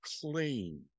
clean